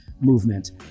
movement